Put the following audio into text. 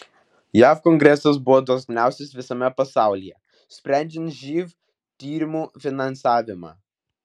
jav kongresas buvo dosniausias visame pasaulyje sprendžiant živ tyrimų finansavimą